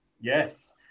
Yes